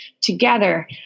together